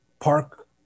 Park